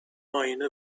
آینه